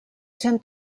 cent